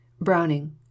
Browning